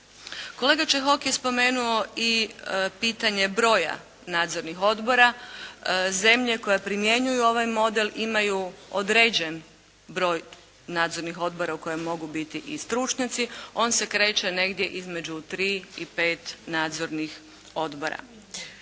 Kolega Čehok je spomenuo i pitanje broja nadzornih odbora. Zemlje koje primjenjuju ovaj model imaju određen broj nadzornih odbora u kojem mogu biti i stručnjaci. On se kreće negdje između tri i pet nadzornih odbora.